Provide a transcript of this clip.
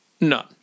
none